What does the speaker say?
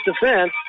defense